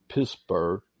Pittsburgh